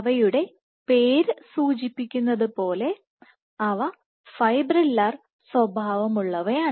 അവയുടെ പേര് സൂചിപ്പിക്കുന്നത് പോലെ അവ ഫൈബ്രില്ലർ സ്വഭാവമുള്ളവയാണ്